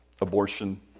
abortion